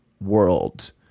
world